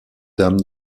dame